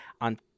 on